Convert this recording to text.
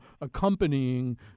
accompanying